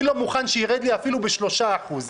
אני לא מוכן שירד לי אפילו בשלושה אחוז".